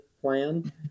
plan